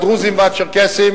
הדרוזים והצ'רקסים,